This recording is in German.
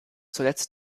zuletzt